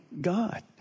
God